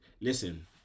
Listen